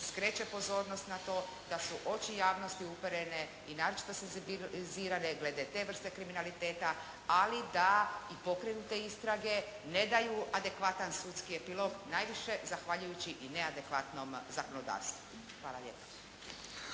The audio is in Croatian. skreće pozornost na to da su oči javnosti uperene i naročito senzibilizirane glede te vrste kriminaliteta ali da i pokrenute istrage ne daju adekvatan sudski epilog najviše zahvaljujući i neadekvatnom zakonodavstvu. Hvala lijepa.